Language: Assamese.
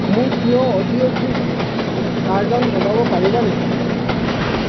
মোৰ প্ৰিয় অডিঅ' বুক টাৰ্জান বজাব পাৰিবা নেকি